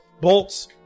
Bolts